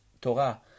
Torah